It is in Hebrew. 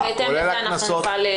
ובהתאם לזה נוכל להתקדם.